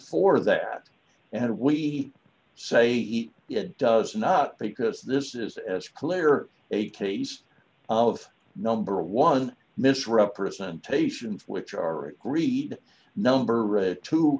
for that and we say eat it does not because this is as clear a case of number one misrepresentations which are agreed number two